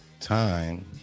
time